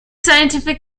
scientific